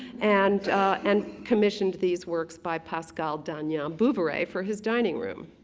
and and commissioned these works by pascal daniel bouveret for his dining room.